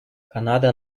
канада